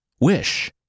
Wish